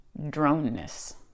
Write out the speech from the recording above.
droneness